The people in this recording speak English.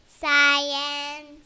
science